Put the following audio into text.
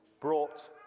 brought